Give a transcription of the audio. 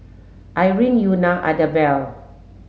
Irene Euna Idabelle